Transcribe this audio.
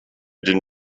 den